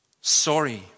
sorry